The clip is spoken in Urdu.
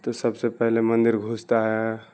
تو سب سے پہلے مندر گھستا ہے